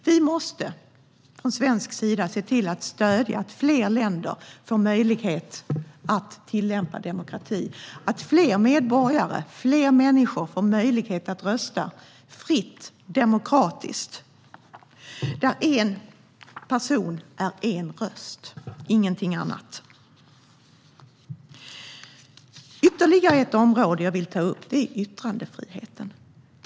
Vi måste från svensk sida se till att ge stöd så att fler länder får möjlighet att tillämpa demokrati. Det handlar om att fler medborgare, fler människor, ska få möjlighet att rösta fritt och demokratiskt. En person har en röst, ingenting annat. Ytterligare ett område jag vill ta upp är yttrandefriheten.